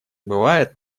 бывает